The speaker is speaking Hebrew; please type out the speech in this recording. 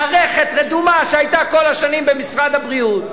מערכת רדומה שהיתה כל השנים במשרד הבריאות,